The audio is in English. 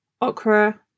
okra